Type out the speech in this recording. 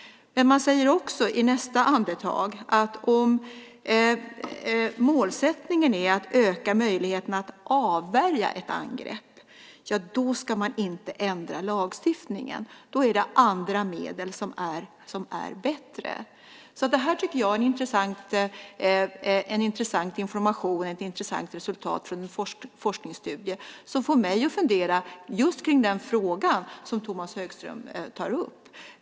Men man säger också att om målsättningen är att öka möjligheterna att avvärja ett angrepp ska man inte ändra lagstiftningen. Då är andra medel bättre. Det är ett intressant resultat från en forskningsstudie, och det får mig att fundera just om den fråga som Tomas Högström tar upp.